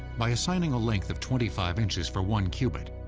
by assigning a length of twenty five inches for one cubit,